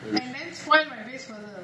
and then spoil my face further